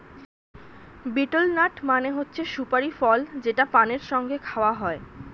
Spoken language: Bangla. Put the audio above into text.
বিটেল নাট মানে হচ্ছে সুপারি ফল যেটা পানের সঙ্গে খাওয়া হয়